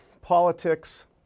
politics